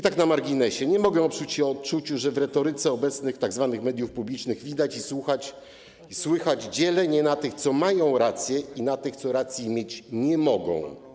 Tak na marginesie powiem, że nie mogę oprzeć się odczuciu, że w retoryce obecnych tzw. mediów publicznych widać i słychać dzielenie na tych, co mają rację, i na tych, co racji mieć nie mogą.